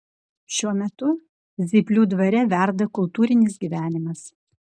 šiuo metu zyplių dvare verda kultūrinis gyvenimas